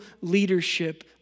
leadership